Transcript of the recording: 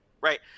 right